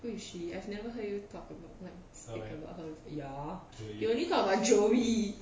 who is she I've never heard you talk about her like speak about her ya you only talk about joey